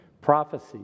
Prophecy